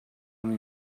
tell